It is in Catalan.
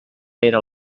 era